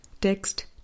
Text